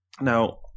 now